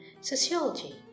sociology